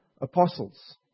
apostles